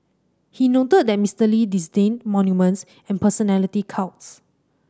he noted that Mister Lee disdained monuments and personality cults